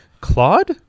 Claude